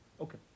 Okay